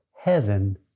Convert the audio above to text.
heaven